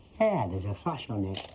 there's a flash and on there.